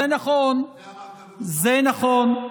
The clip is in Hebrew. את זה אמרת על הדוכן?